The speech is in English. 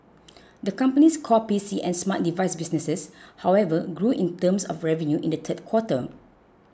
the company's core P C and smart device business however grew in terms of revenue in the third quarter